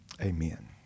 Amen